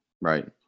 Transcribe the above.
right